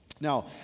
Now